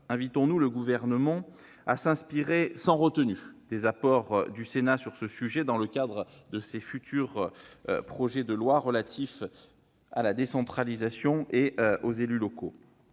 invitons-nous le Gouvernement à s'inspirer sans retenue des apports du Sénat sur ce sujet dans le cadre de ses futurs projets de loi relatifs à la décentralisation et aux élus locaux.